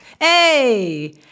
Hey